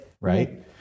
Right